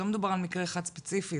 לא מדובר על מקרה אחד ספציפי.